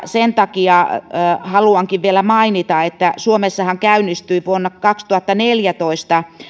sen takia haluankin vielä mainita että suomessahan käynnistyi vuonna kaksituhattaneljätoista